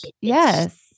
Yes